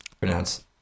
pronounce